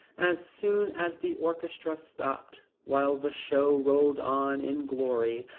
as soon as the orchestra stopped, while the show rolled on in glory,